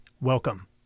Welcome